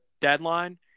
deadline